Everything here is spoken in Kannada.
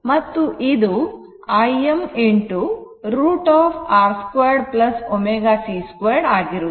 ಮತ್ತು ಇದು Im √ R 2 ω c 2 ಆಗಿರುತ್ತದೆ